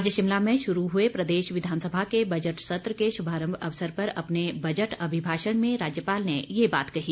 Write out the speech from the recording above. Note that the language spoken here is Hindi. आज शिमला में शुरू हुए प्रदेश विधानसभा के बजट सत्र के शुभारंभ अवसर पर अपने बजट अभिभाषण में राज्यपाल ने ये बात कही